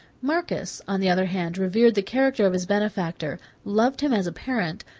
marcus, on the other hand, revered the character of his benefactor, loved him as a parent,